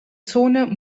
zone